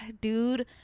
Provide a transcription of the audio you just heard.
dude